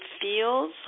feels